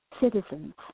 citizens